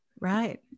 Right